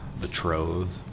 betrothed